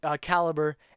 caliber